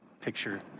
picture